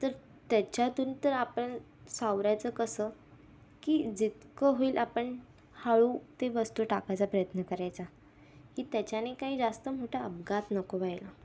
तर त्याच्यातून तर आपण सावरायचं कसं की जितकं होईल आपण हळू ते वस्तू टाकायचा प्रयत्न करायचा की त्याच्याने काही जास्त मोठा अपघात नको व्हायला